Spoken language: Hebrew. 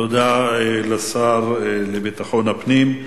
תודה לשר לביטחון הפנים.